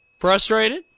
frustrated